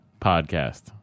podcast